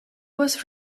was